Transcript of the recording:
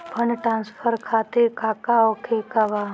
Fund transfer खातिर काका होखे का बा?